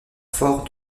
forts